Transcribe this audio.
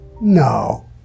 no